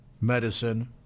medicine